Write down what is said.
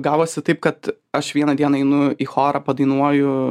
gavosi taip kad aš vieną dieną einu į chorą padainuoju